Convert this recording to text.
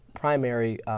primary